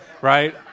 Right